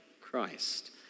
Christ